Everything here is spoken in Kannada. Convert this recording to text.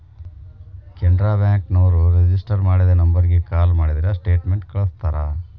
ಕೆನರಾ ಬ್ಯಾಂಕ ನೋರು ರಿಜಿಸ್ಟರ್ ಮಾಡಿದ ನಂಬರ್ಗ ಕಾಲ ಮಾಡಿದ್ರ ಸ್ಟೇಟ್ಮೆಂಟ್ ಕಳ್ಸ್ತಾರ